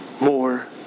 more